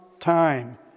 time